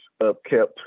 upkept